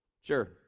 sure